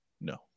No